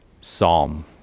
psalm